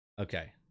Okay